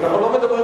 אנחנו לא מדברים,